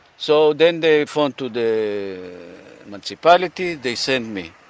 so then they phone to the municipality they send me.